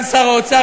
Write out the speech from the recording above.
כבוד סגן שר האוצר,